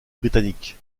britannique